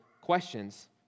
questions